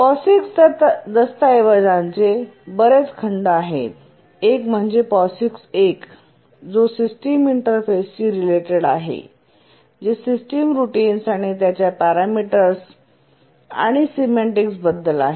POSIX दस्तऐवजांचे बरेच खंड आहेत एक म्हणजे POSIX 1 जो सिस्टम इंटरफेसशी रिलेटेड आहे जे सिस्टम रुटीनस त्यांच्या पॅरामीटर्स आणि सिमेंटिक्सबद्दल आहे